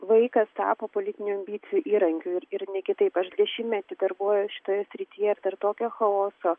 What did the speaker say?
vaikas tapo politinių ambicijų įrankiu ir ir ne kitaip aš dešimtmetį darbuojuos šitoje srityje dar tokio chaoso